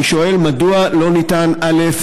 אני שואל, מדוע לא ניתן, א.